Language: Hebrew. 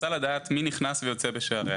רוצה לדעת מי נכנס ויוצא בשעריה.